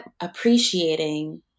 appreciating